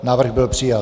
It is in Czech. Návrh byl přijat.